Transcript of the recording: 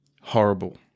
Horrible